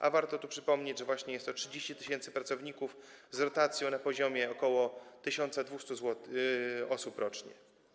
A warto tu przypomnieć, że jest to 30 tys. pracowników z rotacją na poziomie ok. 1200 osób rocznie.